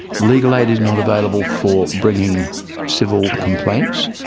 legal aid is not available for bringing civil complaints.